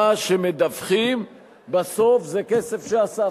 מה שמדווחים בסוף זה כסף שאספת.